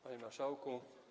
Panie Marszałku!